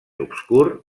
obscur